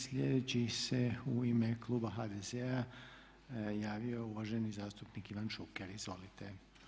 Sljedeći se u ime kluba HDZ-a javio uvaženi zastupnik Ivan Šuker, izvolite.